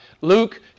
Luke